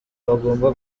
bagomba